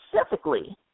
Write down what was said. specifically